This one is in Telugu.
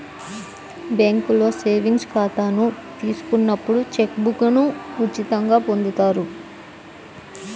బ్యేంకులో సేవింగ్స్ ఖాతాను తీసుకున్నప్పుడు చెక్ బుక్ను ఉచితంగా పొందుతారు